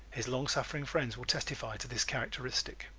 his long-suffering friends will testify to this characteristic.